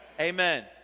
Amen